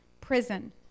prison